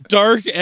dark